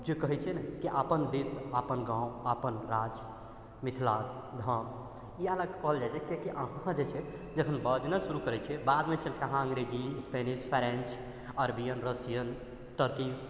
जे कहै छै ने अपन देश अपन गाँव अपन राज मिथिलाधाम इएह लऽ कऽ कहल जाइ छै कि अहाँ जे छै जखन बजनाइ शुरू करै छिए बादमे चलिकऽ अहाँ अङ्गरेजी Spanish French Arabian Russian Turkish